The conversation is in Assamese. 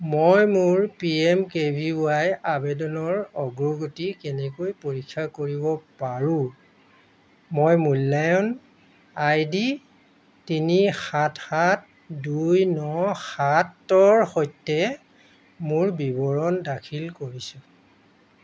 মই মোৰ P M K V Y আবেদনৰ অগ্ৰগতি কেনেকৈ পৰীক্ষা কৰিব পাৰোঁ মই মূল্যায়ন আই ডি তিনি সাত সাত দুই ন সাতৰ সৈতে মোৰ বিৱৰণ দাখিল কৰিছোঁ